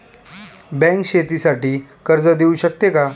Bank शेतीसाठी कर्ज देऊ शकते का?